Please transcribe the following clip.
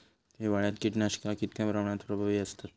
हिवाळ्यात कीटकनाशका कीतक्या प्रमाणात प्रभावी असतत?